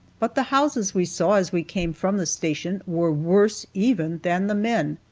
but the houses we saw as we came from the station were worse even than the men.